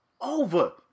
over